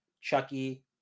Chucky